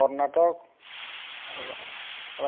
Karnataka